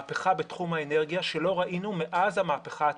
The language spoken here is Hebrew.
מהפכה בתחום האנרגיה שלא ראינו מאז המהפכה התעשייתית.